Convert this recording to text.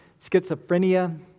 schizophrenia